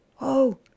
Oh